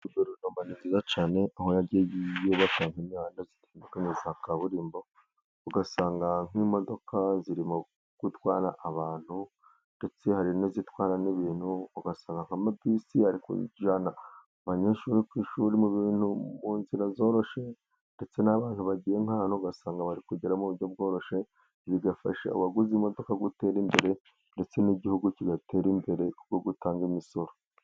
guverinoma ni nziza cyane aho yagiye yubaka impihanda itandukanye ya kaburimbo ugasanga nk'imodoka zirimo gutwara abantu ndetse hari n'izitwara ibintu ugasanga nka mabisi ari kujyana abanyeshuri ku ishuri mu bintu mu nzira zoroshye ndetse n'abantu bagiye nk'ahantu ugasanga bari kuhagera mu buryo bworoshye bigafasha abaguze imodoka gutera imbere ndetse n'igihugu kigatera imbere binyuze muburyo bwo gutanga imisoro